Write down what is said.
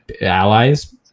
allies